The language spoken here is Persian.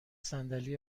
صندلی